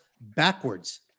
backwards